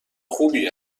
خوبی